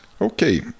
Okay